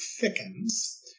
thickens